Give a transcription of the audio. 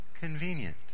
convenient